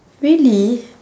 really